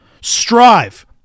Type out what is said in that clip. Strive